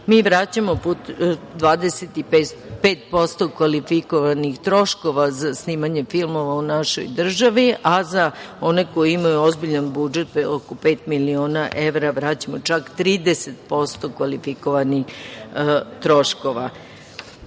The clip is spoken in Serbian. mi vraćamo 25% kvalifikovanih troškova za snimanje filmova u našoj državi, a za one koji imaju ozbiljan budžet, to je oko pet miliona evra, vraćamo čak 30% kvalifikovanih troškova. Ovo